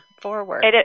forward